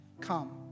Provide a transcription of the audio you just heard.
come